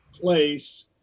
place